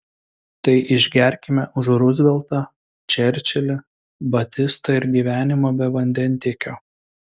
tai išgerkime už ruzveltą čerčilį batistą ir gyvenimą be vandentiekio